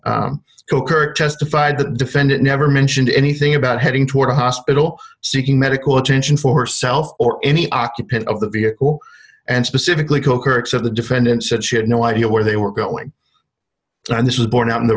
coker testified the defendant never mentioned anything about heading toward the hospital seeking medical attention for herself or any occupant of the vehicle and specifically coker except the defendant said she had no idea where they were going and this was borne out in the